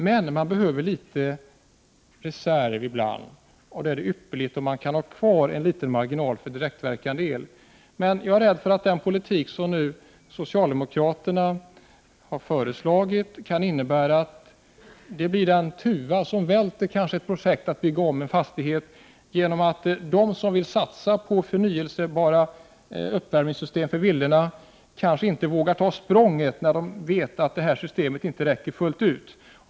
Men ibland behövs det en reserv. Då är det ypperligt om det finns ett litet utrymme för direktverkande el. Jag är dock rädd för att den politik som socialdemokraterna har föreslagit kan bli den tuva som så att säga välter ett helt projekt när det gäller ombyggnad av fastigheter. De som överväger att satsa på förnyelsebara uppvärmningssystem för villor vågar nämligen kanske inte ta det språnget, eftersom de ser att systemet inte helt räcker till.